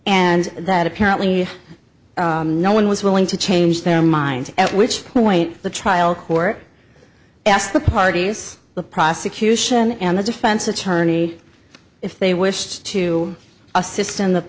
and that apparently no one was willing to change their mind at which point the trial court asked the parties the prosecution and the defense attorney if they wish to assist in the